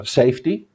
safety